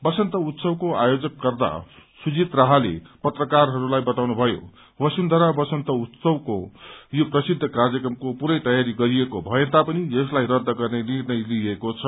बसन्त उत्सवको आयोजक कर्त्ता सुजित राहाले पत्रकारहरूलाई बताउनुभयो बसुन्धरा बसन्त उत्सवको यो प्रसिद्ध कार्यक्रमको पूरै तयारी गरिएको भए तापनि यसलाई रद्द गर्ने निर्णय लिइएको छ